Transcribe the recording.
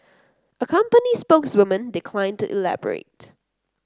a company spokeswoman declined to elaborate